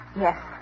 Yes